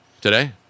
today